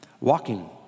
walking